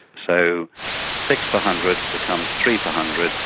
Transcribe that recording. so six per hundred becomes three per hundred,